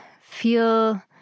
feel